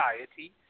society